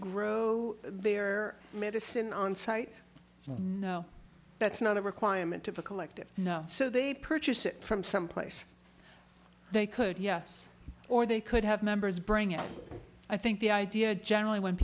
grow their medicine on site that's not a requirement typical active so they purchase it from someplace they could yes or they could have members bring it i think the idea generally when